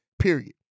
period